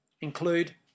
include